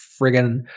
friggin